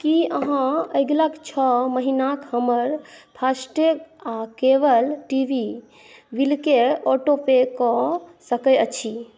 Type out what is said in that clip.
की अहाँ अगिला छओ महिनाके हमर फास्टैग आ केबल टी वी बिलके ऑटो पे कऽ सकै अछि